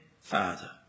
father